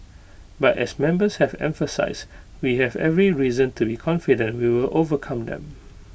but as members have emphasised we have every reason to be confident we will overcome them